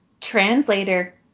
translator